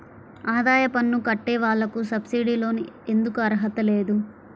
ఆదాయ పన్ను కట్టే వాళ్లకు సబ్సిడీ లోన్ ఎందుకు అర్హత లేదు?